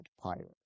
pirates